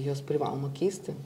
juos privaloma keisti